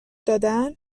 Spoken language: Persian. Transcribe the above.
دادن